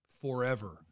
forever